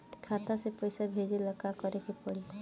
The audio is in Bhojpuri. खाता से पैसा भेजे ला का करे के पड़ी?